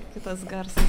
kitas garsas